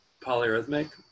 polyrhythmic